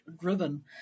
driven